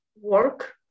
work